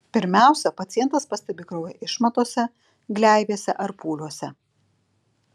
pirmiausia pacientas pastebi kraują išmatose gleivėse ar pūliuose